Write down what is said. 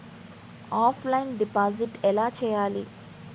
Offline deposit ఎలా చేయాలి?